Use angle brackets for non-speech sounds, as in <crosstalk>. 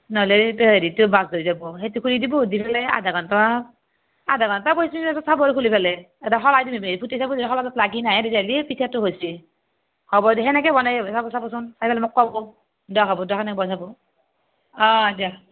নহ'লে এইটো হেৰিটো ব্ৰাষ্ট হৈ যাব সেইটো খুলি দিব দি ফেলে এ আধা ঘণ্টা আধা ঘণ্টা পঁয়ত্ৰিছ মিনিটত চাব খুলি ফেলে <unintelligible> লাগি নাহে তেতিয়াহ'লে পিঠাটো হৈছে হ'ব দে সেনেকৈ বনাই চাবচোন চাই ফেলে মোক ক'ব দিয়ক হ'ব দিয়ক সেনেকৈ বনাব অঁ দিয়ক